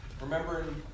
Remembering